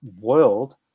world